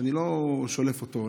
ואני לא שולף אותו,